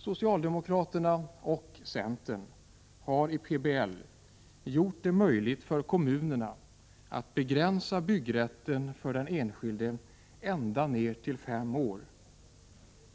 Socialdemokraterna och centern har i PBL gjort det möjligt för kommunerna att begränsa byggrätten för den enskilde ända ned till fem år.